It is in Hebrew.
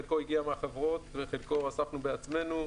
חלקו הגיע מהחברות וחלקו אספנו בעצמנו.